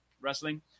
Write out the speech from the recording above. wrestling